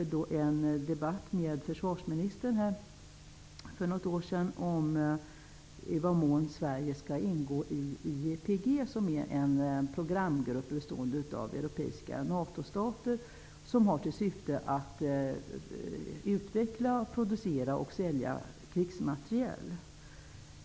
Jag hade en debatt med försvarsministern för något år sedan om i vilken mån Sverige skall ingå i IEPG, vilket är en programgrupp bestående av europeiska Natostater med syfte att utveckla, producera och sälja krigsmateriel.